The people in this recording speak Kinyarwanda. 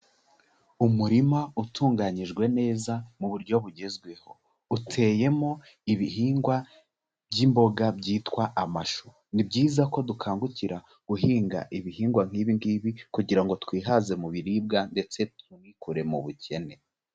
Umurima utunganyijwe neza mu buryo bugezweho. Uteyemo ibihingwa by'imboga byitwa amashu. Ni byiza ko dukangukira guhinga ibihingwa nk'ibi ngibi, kugira ngo twihaze mu biribwa ndetse tunikure mu bukene.